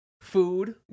food